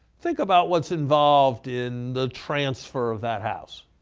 think about what's involved in the transfer of that house.